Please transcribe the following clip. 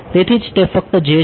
તેથી જ તે ફક્ત j છે